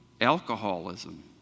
Alcoholism